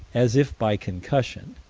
as if by concussion,